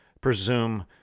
presume